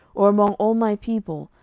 or among all my people,